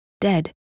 dead